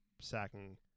sacking